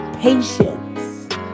Patience